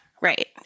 Right